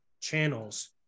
channels